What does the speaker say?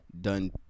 done